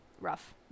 rough